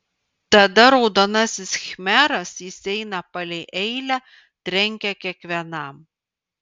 tada raudonasis khmeras jis eina palei eilę trenkia kiekvienam